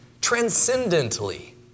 transcendently